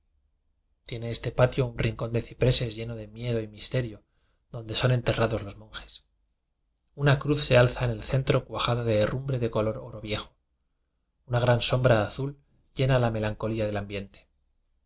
tiene este patio un rincón de cipreces lleno de miedo y misterio donde son ente rrados los monjes una cruz se alza en el centro cuajada de herrumbre de color oro viejo una gran sombra azul llena la me lancolía del ambiente